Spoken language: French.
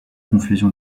confusion